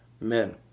men